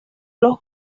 los